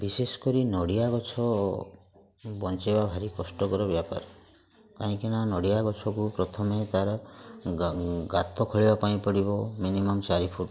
ବିଶେଷ କରି ନଡ଼ିଆ ଗଛ ବଞ୍ଚେଇବା ଭାରି କଷ୍ଟ କର ବ୍ୟାପାର କାହିଁକିନା ନଡ଼ିଆ ଗଛକୁ ପ୍ରଥମେ ତାର ଗାତ ଖୋଳିବା ପାଇଁ ପଡ଼ିବ ମିନିମମ୍ ଚାରି ଫୁଟ୍